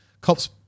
Cop's